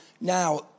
Now